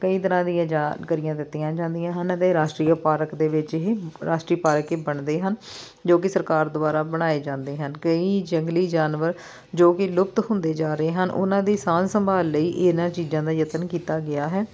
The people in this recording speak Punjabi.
ਕਈ ਤਰ੍ਹਾਂ ਦੀਆਂ ਜਾਣਕਾਰੀਆਂ ਦਿੱਤੀਆਂ ਜਾਂਦੀਆਂ ਹਨ ਅਤੇ ਰਾਸ਼ਟਰੀ ਪਾਰਕ ਦੇ ਵਿੱਚ ਇਹ ਰਾਸ਼ਟਰੀ ਪਾਰਕ ਹੀ ਬਣਦੇ ਹਨ ਜੋ ਕਿ ਸਰਕਾਰ ਦੁਆਰਾ ਬਣਾਏ ਜਾਂਦੇ ਹਨ ਕਈ ਜੰਗਲੀ ਜਾਨਵਰ ਜੋ ਕਿ ਲੁਪਤ ਹੁੰਦੇ ਜਾ ਰਹੇ ਹਨ ਉਹਨਾਂ ਦੀ ਸਾਂਭ ਸੰਭਾਲ ਲਈ ਇਹਨਾਂ ਚੀਜ਼ਾਂ ਦਾ ਯਤਨ ਕੀਤਾ ਗਿਆ ਹੈ